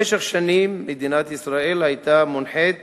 במשך שנים מדינת ישראל היתה מונחית